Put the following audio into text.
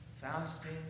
Fasting